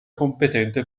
competente